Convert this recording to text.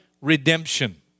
redemption